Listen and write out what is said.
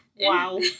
Wow